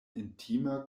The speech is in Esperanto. intima